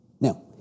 Now